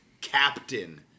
Captain